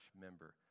member